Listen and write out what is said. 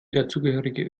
dazugehörige